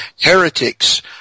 heretics